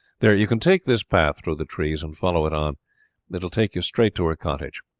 there, you can take this path through the trees and follow it on it will take you straight to her cottage.